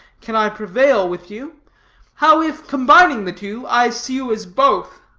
can i prevail with you how if, combining the two, i sue as both?